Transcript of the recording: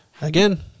Again